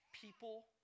people